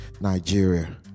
Nigeria